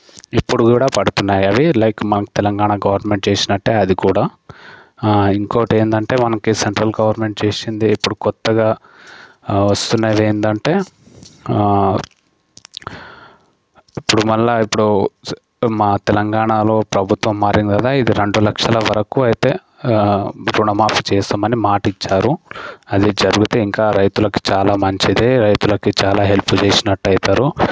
ఇప్పుడు కూడా పడుతున్నాయి అవి లైక్ మన తెలంగాణ గవర్నమెంట్ చేసినట్టే అది కూడా ఇంకోటి ఏందంటే మనకి సెంట్రల్ గవర్నమెంట్ చేసింది ఇప్పుడు కొత్తగా వస్తున్నది ఏందంటే ఇప్పుడు మళ్ళీ ఇప్పుడు మా తెలంగాణలో ప్రభుత్వం మారింది కదా ఇది రెండు లక్షల వరకు అయితే రుణమాఫీ చేస్తామని మాట ఇచ్చారు అది జరుగుతే ఇంకా రైతులకు చాలా మంచిది రైతులకు చాలా హెల్ప్ చేసినట్టు అవుతారు